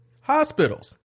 Hospitals